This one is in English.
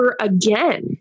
again